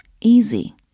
easy